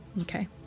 Okay